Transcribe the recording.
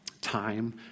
time